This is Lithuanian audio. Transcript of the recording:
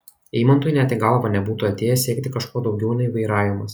eimantui net į galvą nebūtų atėję siekti kažko daugiau nei vairavimas